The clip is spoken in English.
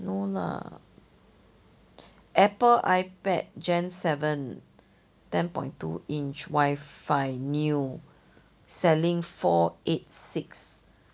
no lah Apple ipad gen seven ten point two inch wifi new selling four eight six